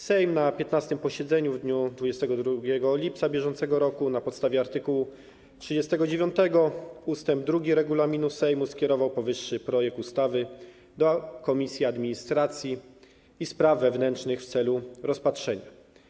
Sejm na 15. posiedzeniu w dniu 22 lipca br., na podstawie art. 39 ust. 2 regulaminu Sejmu, skierował powyższy projekt ustawy do Komisji Administracji i Spraw Wewnętrznych w celu rozpatrzenia.